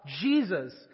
Jesus